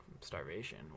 starvation